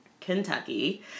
Kentucky